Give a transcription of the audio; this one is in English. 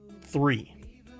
three